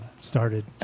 started